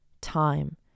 time